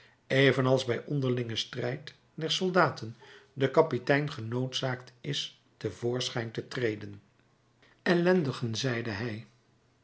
evenals bij onderlingen strijd der soldaten de kapitein genoodzaakt is te voorschijn te treden ellendigen zeide hij